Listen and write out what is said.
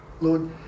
Lord